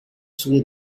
sulle